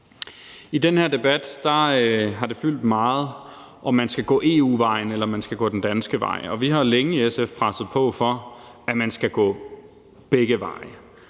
I den her debat har det fyldt meget, om man skal gå EU-vejen, eller om man skal gå den danske vej, og vi har længe i SF presset på for, at man skal gå begge veje.